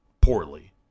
poorly